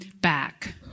back